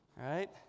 Right